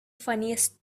funniest